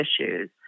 issues